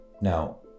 Now